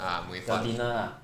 for dinner ah